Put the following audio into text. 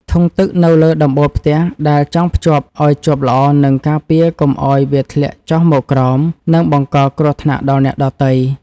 ធុងទឹកនៅលើដំបូលផ្ទះដែលចងភ្ជាប់ឱ្យជាប់ល្អនឹងការពារកុំឱ្យវាធ្លាក់ចុះមកក្រោម និងបង្កគ្រោះថ្នាក់ដល់អ្នកដទៃ។